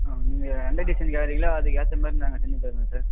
ஆ நீங்கள் எந்த டிசைன் கேட்குறீங்களா அதுக்கு ஏற்ற மாதிரி நாங்கள் செஞ்சு தருவோம் சார்